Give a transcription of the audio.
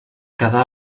quedà